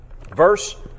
Verse